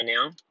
now